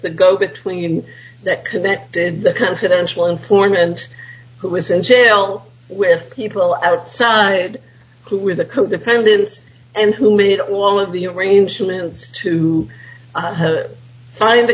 the go between that connected the confidential informant who was in jail with people outside who were the co defendants and who made all of the arrangements to find the